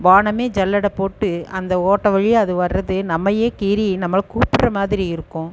வானமே ஜல்லடை போட்டு அந்த ஓட்டை வழியாக அது வர்றதே நம்மையே கீறி நம்மளை கூப்பிடுற மாதிரி இருக்கும்